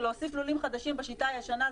להוסיף לולים חדשים בשיטה הישנה,